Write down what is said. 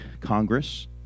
Congress